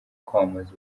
kwamamaza